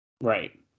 right